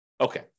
Okay